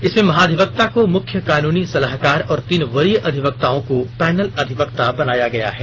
इसमें महाधिवक्ता को मुख्य कानूनी सलाहकार और तीन वरीय अधिवक्ताओं को पैनल अधिवक्ता बनाया गया है